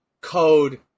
code